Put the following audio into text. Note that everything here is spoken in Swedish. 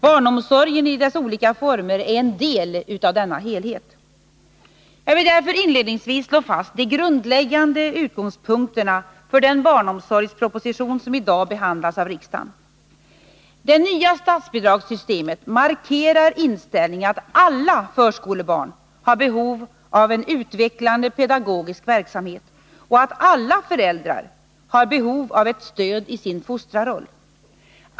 Barnomsorgen i dess olika former är en del av denna helhet. Jag vill därför inledningsvis slå fast de grundläggande utgångspunkterna för den barnomsorgsproposition som i dag behandlas av riksdagen. Det nya statsbidragssystemet markerar inställningen att alla förskolebarn har behov av en utvecklande pedagogisk verksamhet och att alla föräldrar har behov av ett stöd i sin fostrarroll.